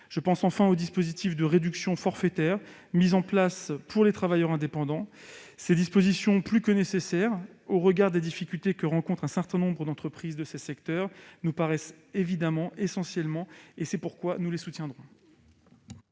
Je pense enfin au dispositif de réduction forfaitaire mis en place pour les travailleurs indépendants. Ces dispositions sont plus que nécessaires au regard des difficultés que rencontrent un certain nombre d'entreprises de ces secteurs ; elles nous paraissent évidentes et essentielles : c'est pourquoi nous les soutiendrons.